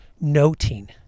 noting